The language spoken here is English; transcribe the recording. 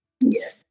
Yes